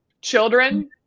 children